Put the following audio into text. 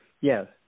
Yes